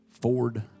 Ford